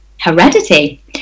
heredity